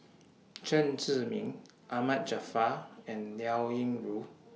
Chen Zhiming Ahmad Jaafar and Liao Yingru